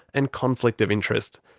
and conflict of interest.